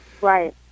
Right